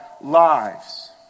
lives